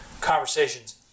conversations